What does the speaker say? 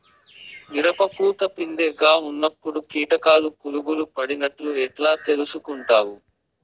మిరప పూత పిందె గా ఉన్నప్పుడు కీటకాలు పులుగులు పడినట్లు ఎట్లా తెలుసుకుంటావు?